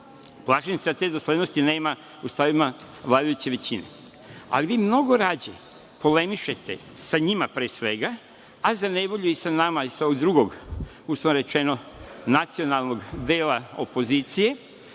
Plašim se da te doslednosti nema u stavovima vladajuće većine. Ali vi mnogo rađe polemišete sa njima pre svega, a za nevolju i sa nama, sa ovog drugog, uslovno rečeno, nacionalnog dela opozicije